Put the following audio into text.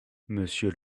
monsieur